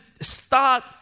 start